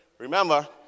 Remember